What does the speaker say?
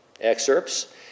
Excerpts